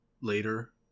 later